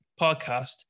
podcast